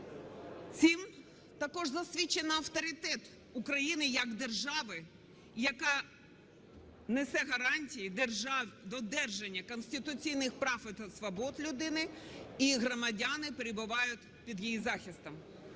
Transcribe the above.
Цим також засвідчено авторитет України як держави, яка несе гарантії додержання конституційних прав та свобод людини і громадяни перебувають під її захистом.